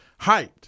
hyped